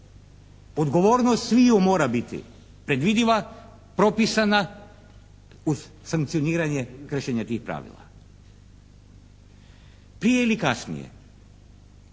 Odgovornost sviju mora biti, predvidiva, propisana, uz sankcioniranje kršenja tih pravila. Prije ili kasnije